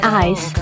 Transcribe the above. eyes